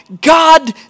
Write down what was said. God